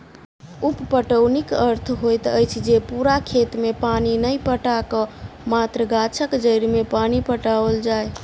उप पटौनीक अर्थ होइत अछि जे पूरा खेत मे पानि नहि पटा क मात्र गाछक जड़ि मे पानि पटाओल जाय